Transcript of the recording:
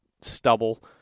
stubble